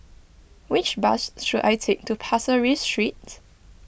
which bus should I take to Pasir Ris Street